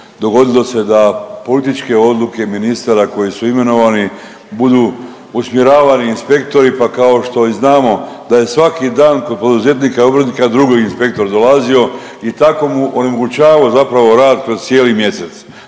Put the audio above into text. dogodilo se da političke odluke ministara koji su imenovani budu usmjeravani inspektori pa kao što i znamo da je svaki dan kod poduzetnika i obrtnika drugi inspektor dolazio i tako mu onemogućavao zapravo rad kroz cijeli mjesec.